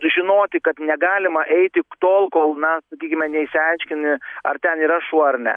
žinoti kad negalima eiti ktol kol na sakykime neišsiaiškini ar ten yra šuo ar ne